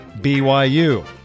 BYU